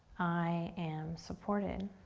i am supported.